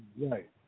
Right